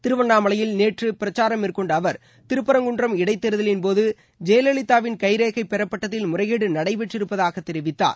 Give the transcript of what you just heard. திருவண்ணாமலையில் நேற்று பிரச்சாரம் மேற்கொண்ட அவர் திருப்பரங்குன்றம் இடைத் ஜெயலலிதாவின் கைரேகை தேர்தலின்போது பெறப்பட்டதில் முறைகேடு நடைபெற்றிருப்பதாகத் தெரிவித்தார்